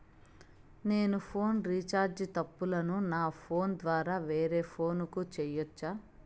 నేను phone recharge తప్పులను నా ఫోను ద్వారా వేరే ఫోను కు సేయొచ్చా?